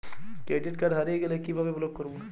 Credit card হারিয়ে গেলে কি ভাবে ব্লক করবো?